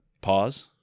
pause